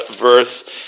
verse